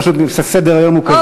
פשוט כי סדר-היום הוא כזה שכבר,